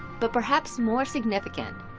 but perhaps more significant,